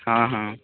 ହଁ ହଁ